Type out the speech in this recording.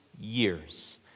years